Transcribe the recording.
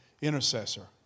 intercessor